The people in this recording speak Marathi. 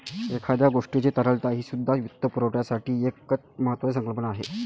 एखाद्या गोष्टीची तरलता हीसुद्धा वित्तपुरवठ्याची एक महत्त्वाची संकल्पना आहे